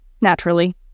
Naturally